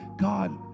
God